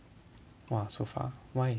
!wah! so far why